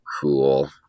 cool